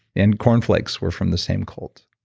and corn flakes were from the same cult